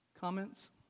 comments